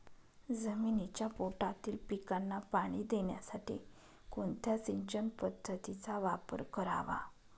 जमिनीच्या पोटातील पिकांना पाणी देण्यासाठी कोणत्या सिंचन पद्धतीचा वापर करावा?